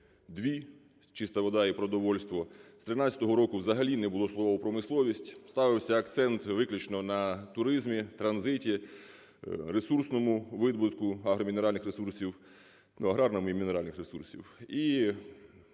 дві: чиста вода і продовольство. З 13-го року взагалі не було слова "промисловість", ставився акцент виключно на туризмі, транзиті, ресурсному видобутку агромінеральних ресурсів,